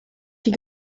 die